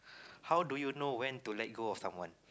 how do you know when to let go of someone